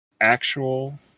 actual